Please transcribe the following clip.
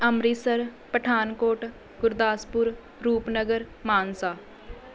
Amritsar Pathankot Gurdaspur Rupnagar Mansa